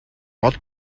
гол